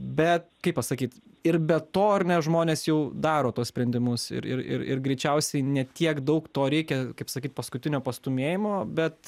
bet kaip pasakyt ir be to ar ne žmonės jau daro tuos sprendimus ir ir ir ir greičiausiai ne tiek daug to reikia kaip sakyt paskutinio pastūmėjimo bet